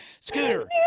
Scooter